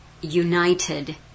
united